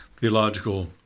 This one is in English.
theological